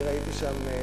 אני ראיתי שם,